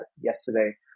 yesterday